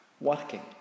Working